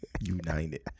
united